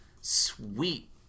sweet